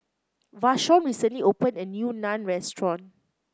Vashon recently opened a new Naan Restaurant